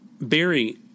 Barry